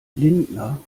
lindner